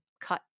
cut